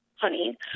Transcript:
honey